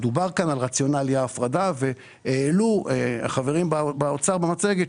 דובר כאן על רציונל אי הפרדה והעלו החברים באוצר במצגת